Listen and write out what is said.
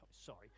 Sorry